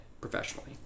professionally